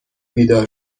بیدار